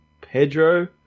Pedro